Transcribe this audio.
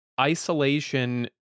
isolation